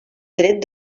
tret